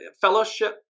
fellowship